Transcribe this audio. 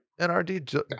Nrd